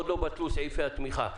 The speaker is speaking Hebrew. עוד לא בטלו סעיפי התמיכה.